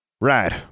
Right